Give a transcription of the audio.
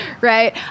right